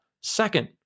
second